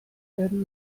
werden